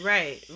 Right